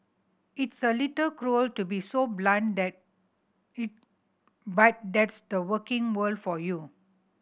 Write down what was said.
it's a little cruel to be so blunt that it but that's the working world for you